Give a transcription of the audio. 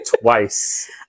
Twice